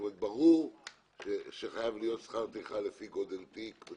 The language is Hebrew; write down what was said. כלומר ברור שחייב להיות שכר טרחה לפי גודל תיק,